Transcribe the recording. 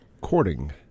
Courting